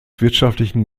wirtschaftlichen